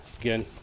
again